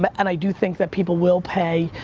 but and i do think that people will pay.